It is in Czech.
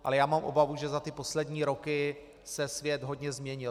Ale já mám obavu, že za ty poslední roky se svět hodně změnil.